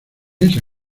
esa